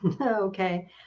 Okay